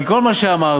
כי כל מה שאמרת,